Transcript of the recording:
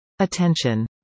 Attention